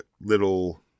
little